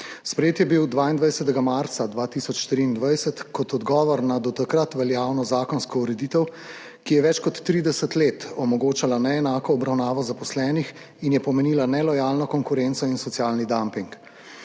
Sprejet je bil 22. marca 2023 kot odgovor na do takrat veljavno zakonsko ureditev, ki je več kot 30 let omogočala neenako obravnavo zaposlenih in je pomenila nelojalno konkurenco in socialni damping.